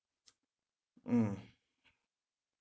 mm